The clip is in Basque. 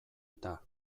eta